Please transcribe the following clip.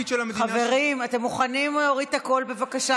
חברים, אתם מוכנים להוריד את הקול שם, בבקשה?